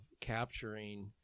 capturing